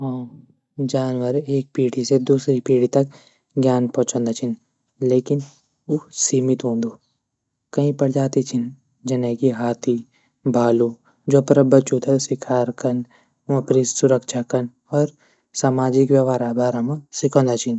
हाँ जानवर एक पीढी से दूशरू पीढी तक ज्ञान पहुंचाद् छन लेकिन ऊ सीमित हूंदू। कई प्रजाति छिन जनकी हाथी भालू। जू अपडा बच्चों थै. सिखादां छन शिकार कन अपडी सुरक्षा कन अर सामाजिक व्यवहार बारा मा सिखांदा छन।